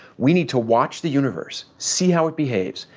we need to watch the universe, see how it behaves,